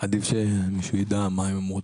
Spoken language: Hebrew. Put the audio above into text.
עדיף שמישהו יידע מה הן אומרות.